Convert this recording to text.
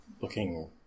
looking